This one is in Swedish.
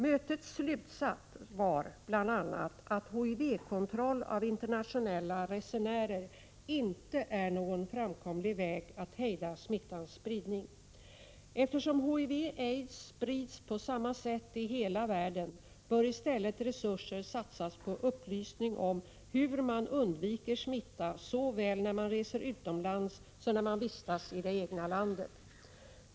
Mötets slutsats var bl.a. att HIV-kontroll av internationella resenärer inte är någon framkomlig väg att hejda smittans spridning. Eftersom HIV/aids sprids på samma sätt i hela världen bör i stället resurser satsas på upplysning om hur man undviker smitta såväl när man reser utomlands som när man vistas i det egna landet.